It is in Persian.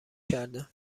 کرده